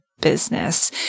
business